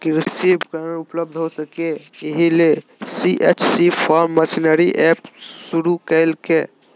कृषि उपकरण उपलब्ध हो सके, इहे ले सी.एच.सी फार्म मशीनरी एप शुरू कैल्के हइ